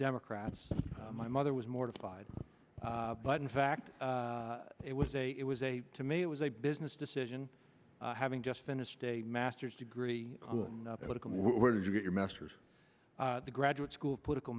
democrats my mother was mortified but in fact it was a it was a to me it was a business decision having just finished a masters degree where did you get your masters the graduate school of political